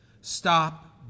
stop